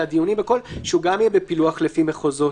שהוא גם יהיה בפילוח לפי מחוזות,